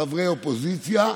חברי אופוזיציה,